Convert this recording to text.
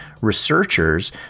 researchers